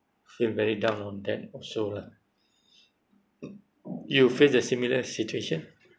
feel very down on that also lah you face the similar situation